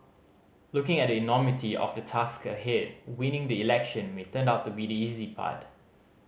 looking at the enormity of the task ahead winning the election may turn out to be the easy part